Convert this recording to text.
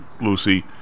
Lucy